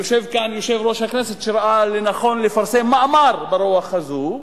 יושב כאן יושב-ראש הכנסת שראה לנכון לפרסם מאמר ברוח הזאת,